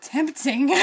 Tempting